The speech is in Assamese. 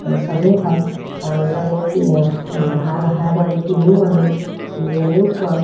চবেই খায় তাৰ মাজতে আমি কি ভাল আহাৰটো আমি কিনিও আনো কিনি আনিও খুৱাওঁ